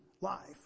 life